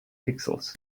pixels